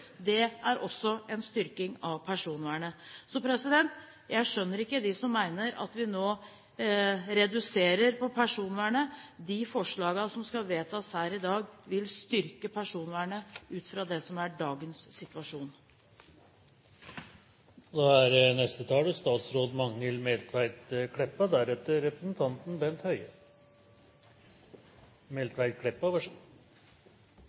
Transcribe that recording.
Det er også en styrking av personvernet. Jeg skjønner ikke dem som mener at vi nå reduserer personvernet. De forslagene som skal vedtas her i dag, vil styrke personvernet ut fra det som er dagens situasjon.